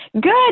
Good